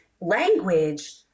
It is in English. language